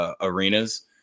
arenas